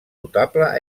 notable